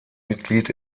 mitglied